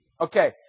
Okay